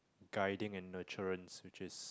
guiding and nurturance which is